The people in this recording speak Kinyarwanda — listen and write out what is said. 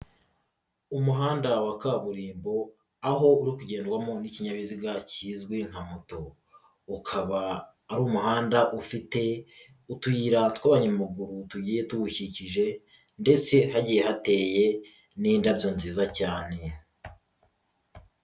Umuhanda wa kaburimbo aho uri kugendwamo n'ikinyabiziga kizwi nka moto, ukaba ari umuhanda ufite utuyira tw'abanyamaguru tugiye tuwukikije ndetse hagiye hateye n'indabyo nziza cyane.